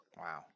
Wow